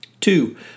Two